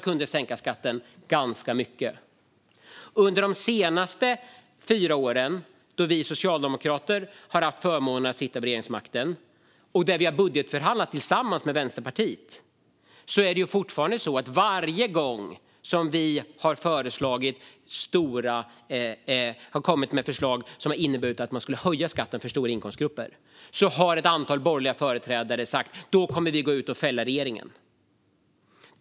Under de senaste åren har vi socialdemokrater suttit vid regeringsmakten och budgetförhandlat med Vänsterpartiet, men varje gång regeringen har kommit med förslag om att höja skatten för stora inkomstgrupper har ett antal borgerliga företrädare sagt att de ska fälla regeringen.